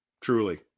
truly